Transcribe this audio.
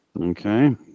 okay